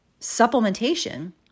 supplementation